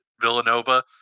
Villanova